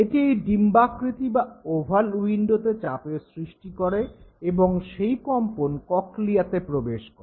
এটি এই ডিম্বাকৃতি বা ওভাল উইন্ডোতে চাপের সৃষ্টি করে এবং সেই কম্পন ককলিয়াতে প্রবেশ করে